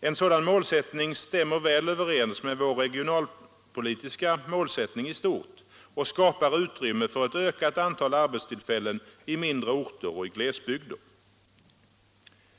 En sådan målsättning stämmer väl överens med vår regionalpolitiska målsättning i stort och skapar utrymme för ett ökat antal arbetstillfällen i mindre orter och glesbygder.